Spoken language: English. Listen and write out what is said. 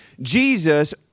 Jesus